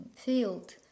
Field